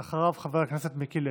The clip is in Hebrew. אחריו, חבר הכנסת מיקי לוי.